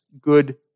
good